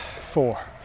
four